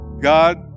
God